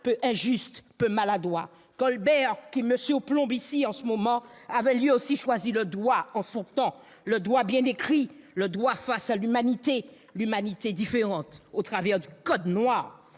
peut injuste, peut maladroit. Colbert, qui me surplombe ici en ce moment, avait lui aussi choisi le droit en son temps, le droit bien écrit, le droit face à l'humanité, l'humanité différente, au travers du Code noir.